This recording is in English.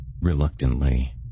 Reluctantly